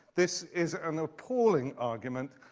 this is an appalling argument,